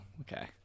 Okay